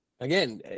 Again